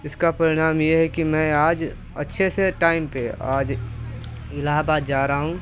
इसका परिणाम ये है कि मैं आज अच्छे से टाइम पर आज एलाहबाद जा रहा हूँ